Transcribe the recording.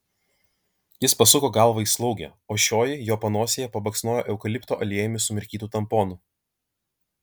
jis pasuko galvą į slaugę o šioji jo panosėje pabaksnojo eukalipto aliejumi sumirkytu tamponu